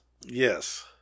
yes